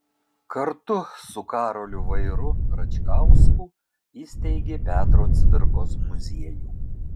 kartu su karoliu vairu račkausku įsteigė petro cvirkos muziejų